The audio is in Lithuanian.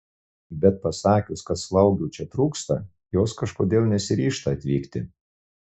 bet pasakius kad slaugių čia trūksta jos kažkodėl nesiryžta atvykti